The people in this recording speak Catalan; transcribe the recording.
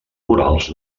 morals